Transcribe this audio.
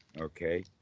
okay